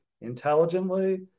intelligently